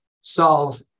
solve